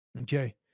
Okay